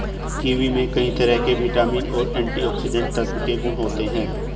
kiwi में कई तरह के विटामिन और एंटीऑक्सीडेंट तत्व के गुण होते है